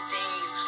days